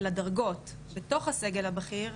לדרגות בתוך הסגל הבכיר,